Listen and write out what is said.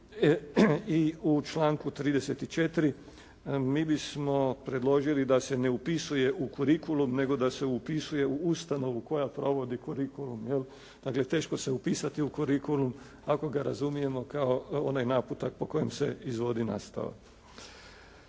I u članku 34. mi bismo predložili da se ne upisuje u kurikulum nego da se upisuje u ustanovu koja provodi kurikulum. Dakle, teško se upisati u kurikulum ako ga razumijemo kao onaj naputak po kojem se izvodi nastava.